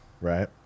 right